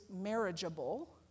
marriageable